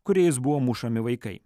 kuriais buvo mušami vaikai